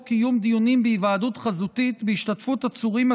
קיום דיונים בהיוועדות חזותית בהשתתפות עצורים,